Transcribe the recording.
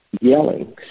yelling